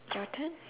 your turn